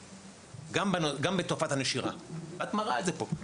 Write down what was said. גם בתופעת הנשירה ואת מראה את זה פה,